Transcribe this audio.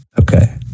Okay